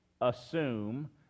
assume